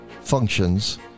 functions